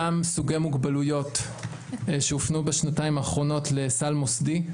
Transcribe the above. אותם סוגי מוגבלויות שהופנו בשנתיים האחרונות לסל מוסדי,